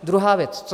Druhá věc.